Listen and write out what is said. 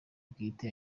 bwite